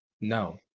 no